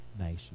nation